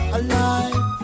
alive